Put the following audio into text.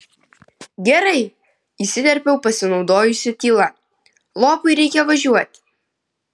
gerai įsiterpiau pasinaudojusi tyla lopui reikia važiuoti